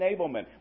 enablement